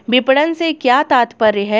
विपणन से क्या तात्पर्य है?